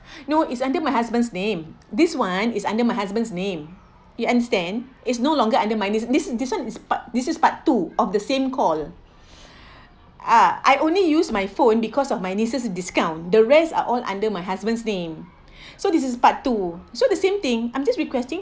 no is under my husband's name this [one] is under my husband's name you understand is no longer under mine this is this [one] this is part two of the same call ah I only use my phone because of my nieces discount the rest are all under my husband's name so this is part two so the same thing I'm just requesting